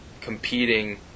competing